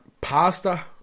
Pasta